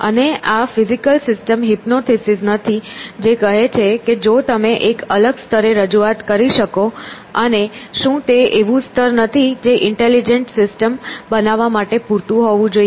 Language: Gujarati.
અને આ ફિઝિકલ સિસ્ટમ હિપ્નોથીસીસ નથી જે કહે છે કે જો તમે એક અલગ સ્તરે રજૂઆત કરી શકો અને શું તે એવું સ્તર નથી જે ઇન્ટેલિજન્ટ સિસ્ટમ બનાવવા માટે પૂરતું હોવું જોઈએ